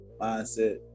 mindset